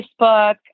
facebook